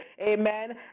Amen